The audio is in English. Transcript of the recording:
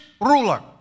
ruler